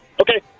Okay